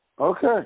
okay